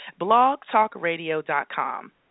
blogtalkradio.com